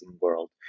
world